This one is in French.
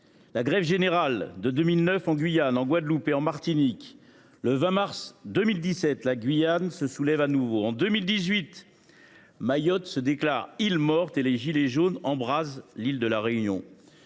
la grève générale de 2009 en Guyane, en Guadeloupe et en Martinique, le 20 mars 2017, la Guyane se soulève de nouveau. En 2018, Mayotte se déclare « île morte » et les « gilets jaunes » embrasent l’île de La Réunion.